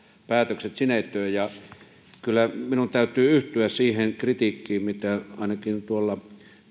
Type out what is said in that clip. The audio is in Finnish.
päätökset sinetöi kyllä minun täytyy yhtyä siihen kritiikkiin mitä ainakin tuolla